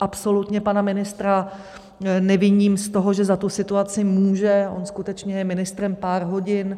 Absolutně pana ministra neviním z toho, že za tu situaci může, on je skutečně ministrem pár hodin.